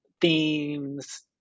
themes